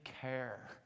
care